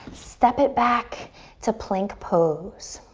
step it back to plank pose.